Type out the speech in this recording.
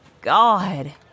God